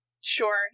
sure